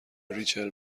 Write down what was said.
ریچل